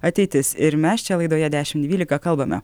ateitis ir mes čia laidoje dešimt dvylika kalbame